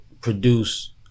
produce